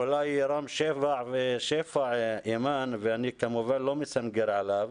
אולי רם שפע, אימאן, אני כמובן לא מסנגר עליו.